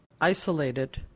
isolated